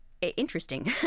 Interesting